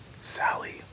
Sally